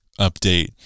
update